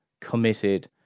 committed